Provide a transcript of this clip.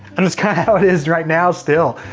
and that's kinda how it is right now still.